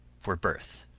for birth.